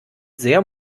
sehr